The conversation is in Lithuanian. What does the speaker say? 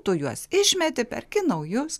tu juos išmeti perki naujus